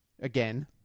again